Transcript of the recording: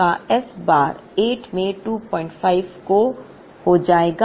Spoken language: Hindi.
तो यह x का S बार 8 में 25 हो जाएगा